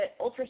ultrasound